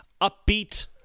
upbeat